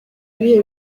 ibihe